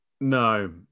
no